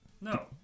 No